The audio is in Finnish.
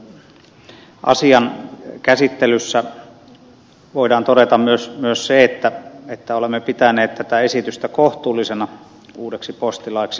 tästä asian käsittelystä voidaan todeta myös se että olemme pitäneet tätä esitystä uudeksi postilaiksi kohtuullisena